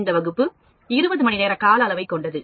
இந்த வகுப்பு 20 மணி நேர கால அளவை கொண்டது